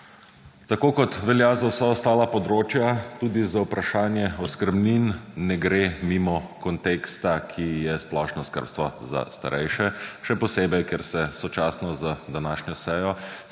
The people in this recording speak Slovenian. Tako kot velja za vsa ostala področja, tudi za vprašanje oskrbnin ne gre mimo konteksta, ki je splošno skrbstvo za starejše, še posebej, ker se sočasno z današnjo sejo